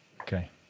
Okay